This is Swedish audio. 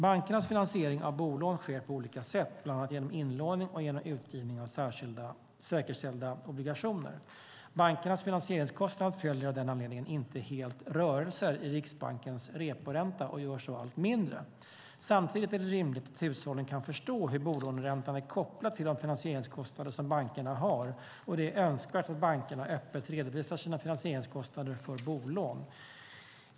Bankernas finansiering av bolån sker på olika sätt, bland annat genom inlåning och genom utgivning av säkerställda obligationer. Bankernas finansieringskostnad följer av den anledningen inte helt rörelser i Riksbankens reporänta och gör så allt mindre. Samtidigt är det rimligt att hushållen kan förstå hur bolåneräntan är kopplad till de finansieringskostnader som bankerna har, och det är önskvärt att bankerna öppet redovisar sina finansieringskostnader för bolån.